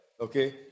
okay